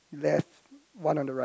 left one on the right